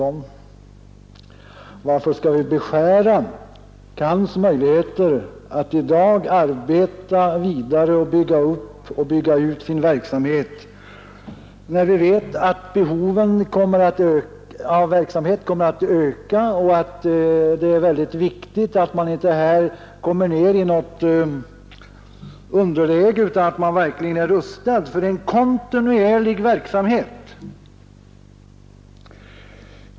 Men, varför skall vi beskära CAN :s möjligheter att i dag arbeta vidare samt bygga upp och bygga ut sin verksamhet, när vi vet att behoven av verksamhet kommer att öka och att det är väldigt viktigt att man här inte hamnar i något underläge utan verkligen är rustad för en kontinuerlig verksamhet?